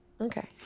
Okay